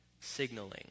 signaling